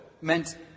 meant